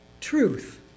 truth